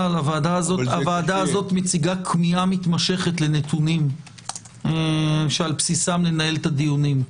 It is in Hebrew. הוועדה הזאת מציגה כמיהה מתמשכת לנתונים שעל בסיסם ננהל את הדיונים.